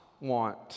want